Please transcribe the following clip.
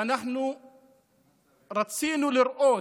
ואנחנו רצינו לראות,